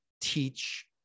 teach